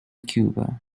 cuba